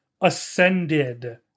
ascended